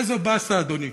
איזו באסה, אדוני.